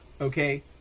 Okay